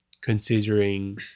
considering